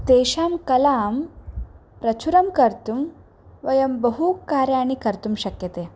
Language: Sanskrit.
तेषां कलां प्रचुरं कर्तुं वयं बहु कार्याणि कर्तुं शक्यते